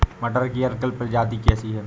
मटर की अर्किल प्रजाति कैसी है?